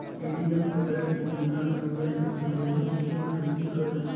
ATM card के बिना online application उपयोग कइसे करो?